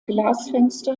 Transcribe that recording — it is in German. glasfenster